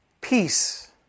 Peace